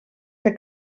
que